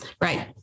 Right